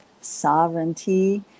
sovereignty